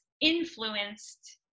influenced